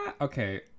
Okay